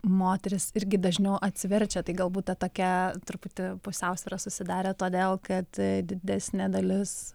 moterys irgi dažniau atsiverčia tai galbūt ta tokia truputį pusiausvyra susidarė todėl kad didesnė dalis